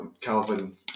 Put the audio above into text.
calvin